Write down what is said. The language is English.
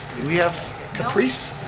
we have caprice?